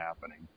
happening